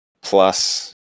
Plus